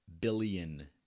billion